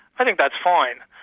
i think that's fine.